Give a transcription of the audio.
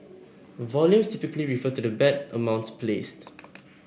volumes typically refer to the bet amounts placed